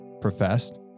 professed